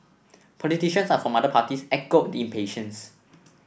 politicians are from other parties echoed the impatience